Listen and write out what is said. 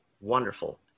wonderful